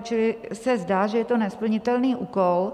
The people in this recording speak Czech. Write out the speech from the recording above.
Čili se zdá, že je to nesplnitelný úkol.